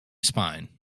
spine